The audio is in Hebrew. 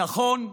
נכון,